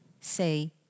Say